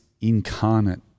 incarnate